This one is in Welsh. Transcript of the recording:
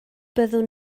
byddwn